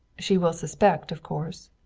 she will suspect, of course.